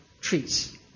treats